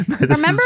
Remember